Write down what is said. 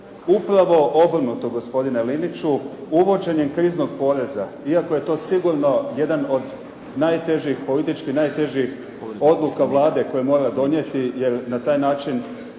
Upravo obrnuto gospodine Liniću. Uvođenjem kriznog poreza iako je to sigurno jedna od politički najtežih odluka Vlade koje mora donijeti jer na taj način